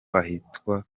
ahitwa